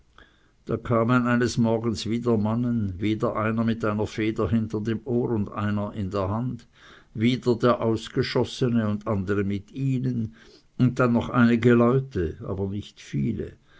da kamen eines morgens wieder mannen wieder einer mit einer feder hinter dem ohr und einer in der hand wieder der ausgeschossene und andere mit ihnen und dann noch einige leute aber nicht viele